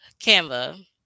Canva